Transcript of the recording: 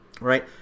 Right